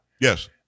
Yes